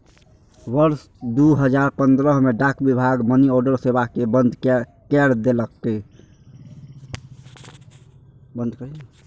वर्ष दू हजार पंद्रह मे डाक विभाग मनीऑर्डर सेवा कें बंद कैर देलकै